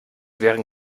wären